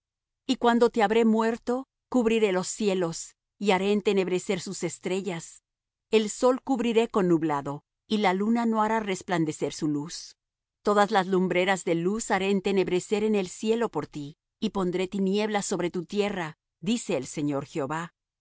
y cuando te habré muerto cubriré los cielos y haré entenebrecer sus estrellas el sol cubriré con nublado y la luna no hará resplandecer su luz todas las lumbreras de luz haré entenebrecer en el cielo por ti y pondré tinieblas sobre tu tierra dice el señor jehová